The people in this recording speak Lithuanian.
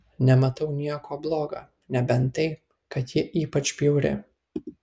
nematau nieko bloga nebent tai kad ji ypač bjauri